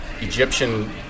Egyptian